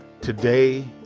Today